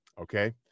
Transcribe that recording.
Okay